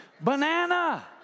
banana